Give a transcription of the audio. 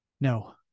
No